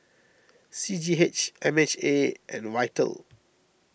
C G H M H A and Vital